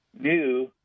new